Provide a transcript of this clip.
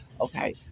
Okay